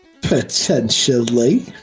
Potentially